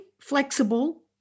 flexible